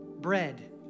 bread